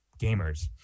gamers